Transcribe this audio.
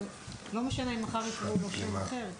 לא משנה אם מחר יקראו לזה בשם אחר,